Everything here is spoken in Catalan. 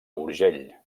urgell